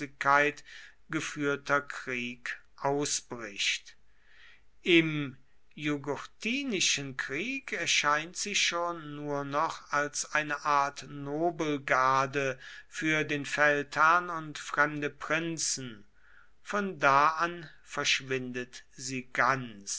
geführter krieg ausbricht im jugurthinischen krieg erscheint sie schon nur noch als eine art nobelgarde für den feldherrn und fremde prinzen von da an verschwindet sie ganz